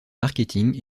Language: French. marketing